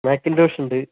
Macintosh ഉണ്ട്